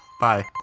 Bye